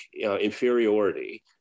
inferiority